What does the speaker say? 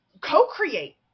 co-create